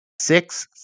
six